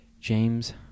James